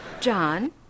John